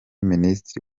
minisitiri